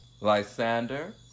Lysander